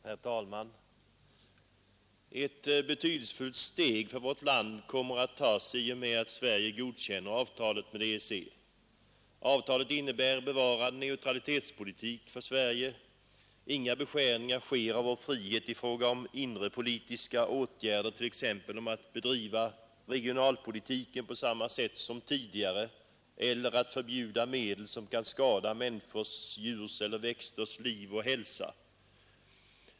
Herr talman! Ett betydelsefullt steg för vårt land kommer att tagas i och med att Sverige godkänner avtalet med EEC. Avtalet innebär bevarad neutralitetspolitik för Sverige. Inga beskärningar sker av vår frihet i fråga om inre politiska åtgärder t.ex. om att bedriva regionalpolitiken på samma sätt som tidigare eller att förbjuda medel som kan skada människors, djurs och växters liv och hälsa.